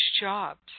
jobs